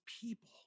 people